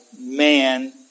man